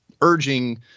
urging